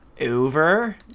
over